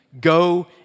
go